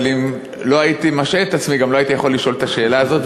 אבל אם לא הייתי משעה את עצמי לא הייתי יכול לשאול את השאלה הזאת.